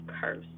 curse